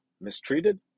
mistreated